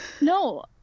No